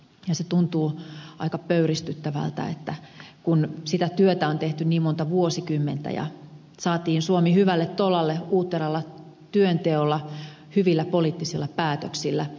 se tuntuu aika pöyristyttävältä kun sitä työtä on tehty niin monta vuosikymmentä ja saatiin suomi hyvälle tolalle uutteralla työnteolla hyvillä poliittisilla päätöksillä